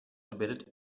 embedded